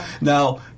Now